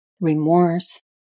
remorse